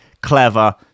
clever